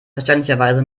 verständlicherweise